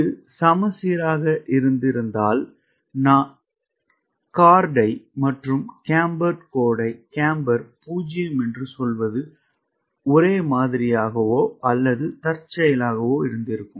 இது சமச்சீராக இருந்திருந்தால் கார்ட் மற்றும் கேம்பர்டு கோடு கேம்பர் 0 என்று சொல்வது ஒரே மாதிரியாகவோ அல்லது தற்செயலாகவோ இருந்திருக்கும்